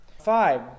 Five